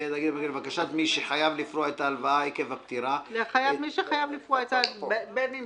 "דחיית מועדי הפירעון של הלוואה לדיור בשל פטירה 9ח1. (א)על אף